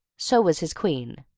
so was his queen.